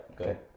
Okay